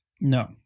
no